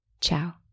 Ciao